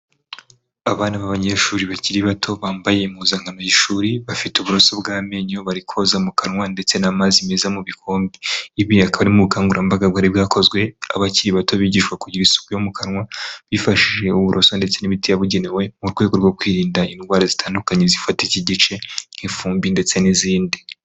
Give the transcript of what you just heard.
Abana b’abanyeshuri bakiri bato bambaye impuzankano y'ishuri bafite uburoso bw'amenyo bari koza mu kanwa ndetse n'amazi meza mu bikombe, ibi bikaba biri mu bukangurambaga bwari bwakozwe, abakiri bato bigishwa kugira isuku yo mu kanwa bifashishije uburoso ndetse n'imiti yabugenewe mu rwego rwo kwirinda indwara zitandukanye zifata iki gice nk'ifumbi ndetse n'izindi.